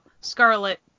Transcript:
Scarlet